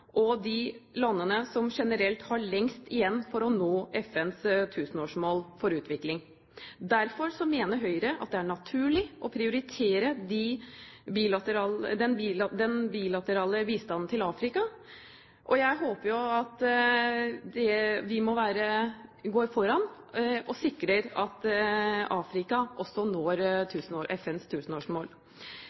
og de landene som generelt har lengst igjen for å nå FNs tusenårsmål for utvikling. Derfor mener Høyre at det er naturlig å prioritere den bilaterale bistanden til Afrika. Jeg håper at vi går foran og sikrer at Afrika også når FNs tusenårsmål.